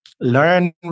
learn